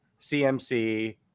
CMC